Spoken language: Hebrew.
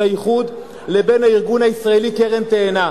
האיחוד לבין הארגון הישראלי "קרן תאנה".